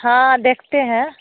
हाँ देखते हैं